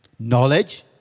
Knowledge